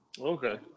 Okay